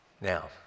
Now